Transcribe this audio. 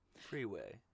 Freeway